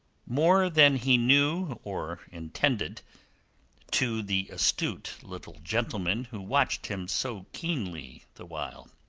more than he knew or intended to the astute little gentleman who watched him so keenly the while.